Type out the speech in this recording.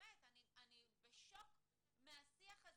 אני בשוק מהשיח הזה.